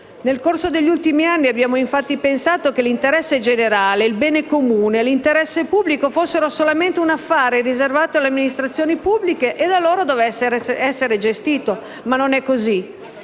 Nel corso degli ultimi anni, abbiamo infatti pensato che l'interesse generale, il bene comune, l'interesse pubblico fossero solamente un affare riservato alle amministrazioni pubbliche e da loro dovesse essere gestito. Ma non è così.